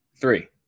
three